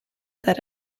that